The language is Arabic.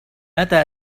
متى